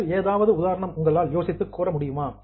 வேறு ஏதாவது உதாரணம் உங்களால் யோசித்து கூற முடியுமா